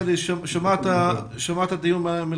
שאדי קסיס מעמותת אלשוג'עאן,